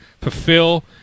fulfill